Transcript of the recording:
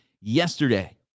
yesterday